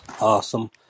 Awesome